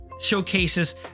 showcases